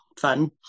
fun